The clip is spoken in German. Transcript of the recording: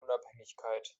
unabhängigkeit